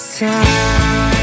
time